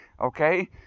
okay